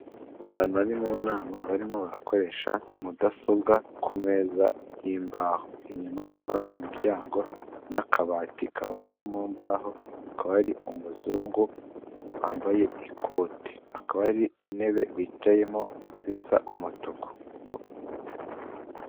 Abantu bari mu nama barimo barakoresha mudasobwa ku meza y'imbaho, inyuma hakaba hari umuryango n'akabati kabajwe mu mbaho, hakaba hari umuzungu wambaye ikote, hakaba hari intebe bicayemo zisa umutuku.